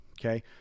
okay